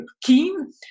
keen